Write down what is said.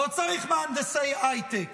לא צריך מהנדסי היי-טק.